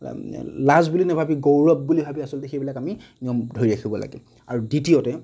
লাজ বুলি নাভাবি গৌৰৱ বুলি ভাবি আচলতে সেইবিলাক আমি নিয়ম ধৰি ৰাখিব লাগে আৰু দ্বিতীয়তে